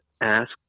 ask